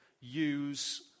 use